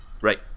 Right